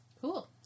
Cool